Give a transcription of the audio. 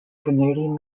canadian